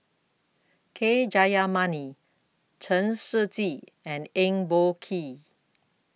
K Jayamani Chen Shiji and Eng Boh Kee